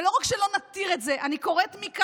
ולא רק שלא נתיר את זה, אני קוראת מכאן,